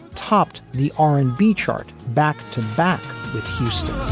topped the r and b chart back to back houston